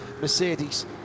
Mercedes